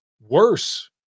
worse